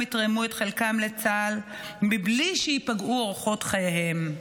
יתרמו את חלקם לצה"ל מבלי שייפגעו אורחות חייהם.